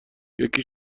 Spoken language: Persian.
یکی